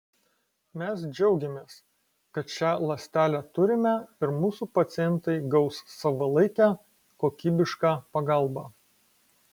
mes džiaugiamės kad šią ląstelę turime ir mūsų pacientai gaus savalaikę kokybišką pagalbą